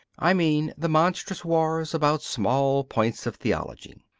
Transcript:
i mean the monstrous wars about small points of theology,